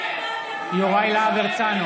נגד יוראי להב הרצנו,